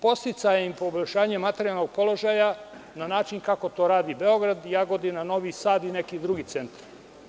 Podsticajem i poboljšanjem materijalnog položaja na način kako to radi Beograd, Jagodina, Novi Sad i neki drugi centri.